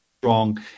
strong